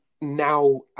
now